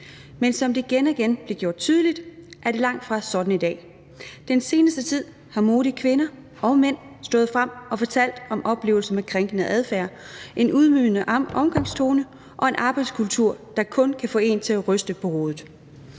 Men som det igen og igen bliver gjort tydeligt, er det langtfra sådan i dag. Den seneste tid er modige kvinder og mænd stået frem og har fortalt om oplevelser med krænkende adfærd, en ydmygende omgangstone og en arbejdskultur, der kun kan få en til at ryste på hovedet.